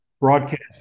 broadcast